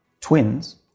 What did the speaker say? twins